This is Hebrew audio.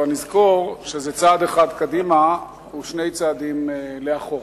אבל נזכור שזה צעד אחד קדימה ושני צעדים לאחור.